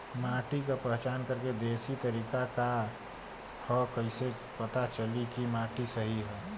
माटी क पहचान करके देशी तरीका का ह कईसे पता चली कि माटी सही ह?